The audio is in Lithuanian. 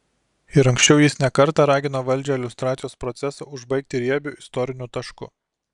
ir anksčiau jis ne kartą ragino valdžią liustracijos procesą užbaigti riebiu istoriniu tašku